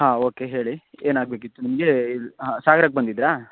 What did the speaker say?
ಹಾಂ ಓಕೆ ಹೇಳಿ ಏನಾಗಬೇಕಿತ್ತು ನಿಮ್ಗೆ ಹಾಂ ಸಾಗ್ರಕ್ಕೆ ಬಂದಿದ್ದೀರಾ